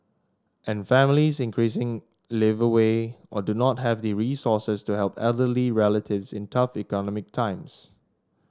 and families increasingly live away or do not have the resources to help elderly relatives in tough economic times